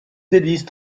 hélices